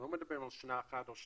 אנחנו לא מדברים על שנה אחת או שנתיים,